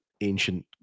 ancient